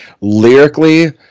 lyrically